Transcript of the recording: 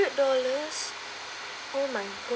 dollars oh my god